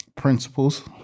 principles